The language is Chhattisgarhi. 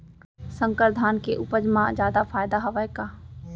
संकर धान के उपज मा जादा फायदा हवय का?